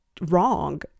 wrong